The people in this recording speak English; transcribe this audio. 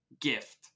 gift